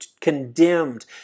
condemned